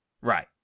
Right